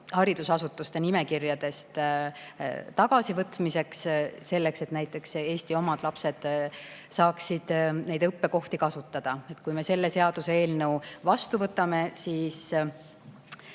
haridusasutuste nimekirjadest [kustutamiseks], selleks et näiteks Eesti omad lapsed saaksid neid õppekohti kasutada. Kui me selle seaduseelnõu vastu võtame, siis